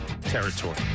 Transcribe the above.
territory